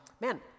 man